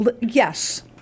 Yes